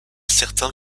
certain